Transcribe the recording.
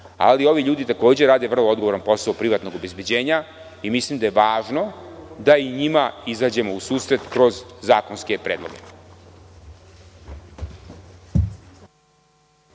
ljudi takođe rade odgovoran posao privatnog obezbeđenja i mislim da je važno da i njima izađemo u susret kroz zakonske predloge.